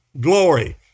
glory